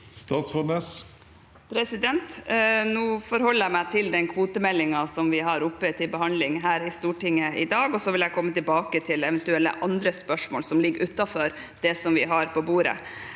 Sivertsen Næss Nå forholder jeg meg til den kvotemeldingen vi har oppe til behandling her i Stortinget i dag, og så vil jeg komme tilbake til eventuelle andre spørsmål som ligger utenfor det vi har på bordet.